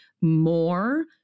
more